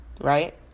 right